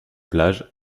plages